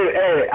hey